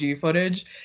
footage